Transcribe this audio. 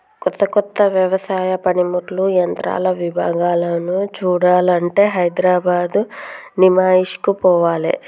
కొత్త కొత్త వ్యవసాయ పనిముట్లు యంత్రాల విభాగాలను చూడాలంటే హైదరాబాద్ నిమాయిష్ కు పోవాలే